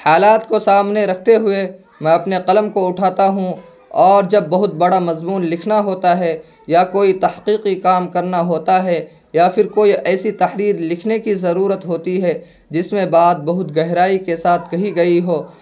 حالات کو سامنے رکھتے ہوئے میں اپنے قلم کو اٹھاتا ہوں اور جب بہت بڑا مضمون لکھنا ہوتا ہے یا کوئی تحقیقی کام کرنا ہوتا ہے یا پھر کوئی ایسی تحریر لکھنے کی ضرورت ہوتی ہے جس میں بات بہت گہرائی کے ساتھ کہی گئی ہو